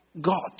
God